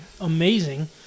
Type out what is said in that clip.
amazing